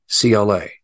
CLA